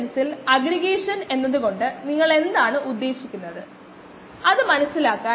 ഒരു spreadsheet ഉപയോഗിച്ച് ഞാൻ അത് കാണിച്ചുതരാം